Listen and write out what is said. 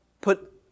put